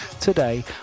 today